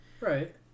Right